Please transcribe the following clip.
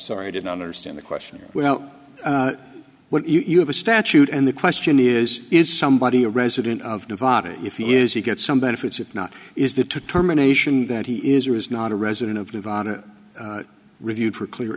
sorry i didn't understand the question well what you have a statute and the question is is somebody a resident of nevada if he is he gets some benefits if not is determination that he is or is not a resident of nevada reviewed for